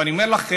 ואני אומר לכם: